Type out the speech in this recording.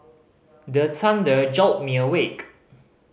the thunder jolt me awake